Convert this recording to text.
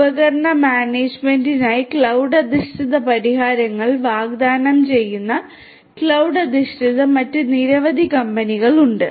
ഉപകരണ മാനേജുമെന്റിനായി ക്ലൌഡ് അധിഷ്ഠിത പരിഹാരങ്ങൾ വാഗ്ദാനം ചെയ്യുന്ന ക്ലൌഡ് അധിഷ്ഠിത മറ്റ് നിരവധി കമ്പനികളുണ്ട്